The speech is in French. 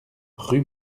rue